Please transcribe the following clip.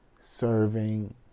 serving